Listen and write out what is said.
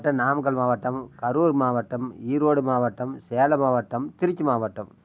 நாமக்கல் மாவட்டம் கரூர் மாவட்டம் ஈரோடு மாவட்டம் சேலம் மாவட்டம் திருச்சி மாவட்டம்